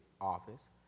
office